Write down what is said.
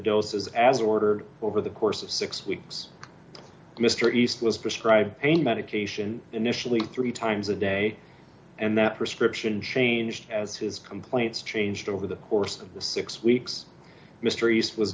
doses as ordered over the course of six weeks mr east was prescribed pain medication initially three times a day and that prescription changed as his complaints changed over the course of the six weeks m